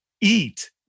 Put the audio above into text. Eat